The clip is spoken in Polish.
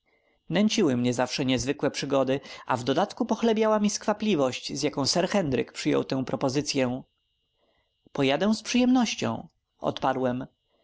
nęciły mnie zawsze niezwykłe przygody a w dodatku pochlebiała mi skwapliwość z jaką sir henryk przyjął tę propozycyę pojadę z przyjemnością odparłem i